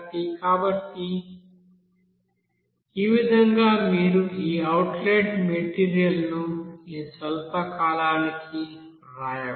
కాబట్టి ఈ విధంగా మీరు ఈ అవుట్లెట్ మెటీరియల్ను ఈ స్వల్ప కాలానికి వ్రాయవచ్చు